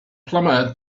plumber